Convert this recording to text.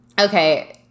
Okay